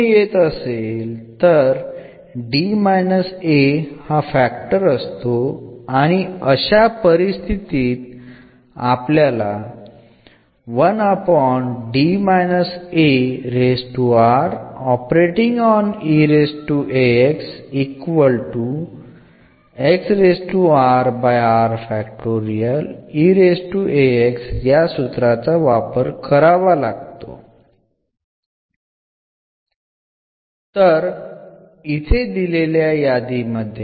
0 ആണെങ്കിൽ നമുക്ക് തീർച്ചയായും എന്ന തരത്തിലുള്ള ഘടകമുണ്ട് എന്നും എന്ന് എളുപ്പത്തിൽ വിലയിരുത്താം എന്നും നമ്മൾ കണ്ടു